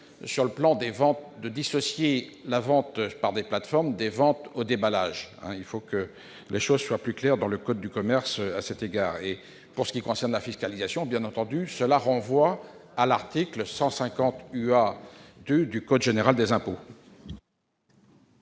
également de dissocier la vente par des plateformes des ventes au déballage. Il faut que les choses soient plus claires dans le code de commerce à cet égard. Pour ce qui concerne la fiscalisation, l'amendement renvoie à l'article 150 UA du code général des impôts.